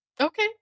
Okay